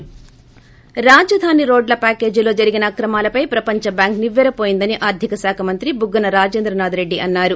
break రాజధాని రోడ్ల ప్యాకేజీల్లో జరిగిన అక్రమాలపై ప్రపంచ బ్యాంక్ నిప్వెరవోయిందని ఆర్గిక శాఖ మంత్రి బుగ్గన రాజేంద్రనాథ్ రెడ్డి అన్నారు